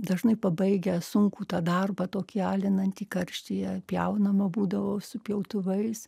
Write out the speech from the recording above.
dažnai pabaigę sunkų darbą tokį alinantį karštyje pjaunamą būdavau su pjautuvais